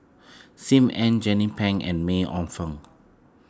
Sim Ann Jernnine Pang and May Ooi Fong